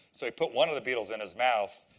so he put one of the beetles in his mouth.